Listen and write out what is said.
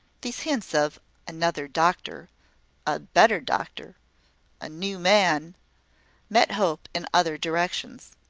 these hints of another doctor a better doctor a new man met hope in other directions.